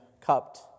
cupped